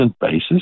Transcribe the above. basis